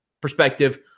perspective